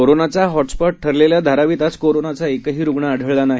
कोरोनाचाहॉटस्पॉटठरलेल्याधारावीतआजकोरोनाचाएकहीरुग्णआढळलानाही